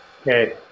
Okay